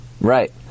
Right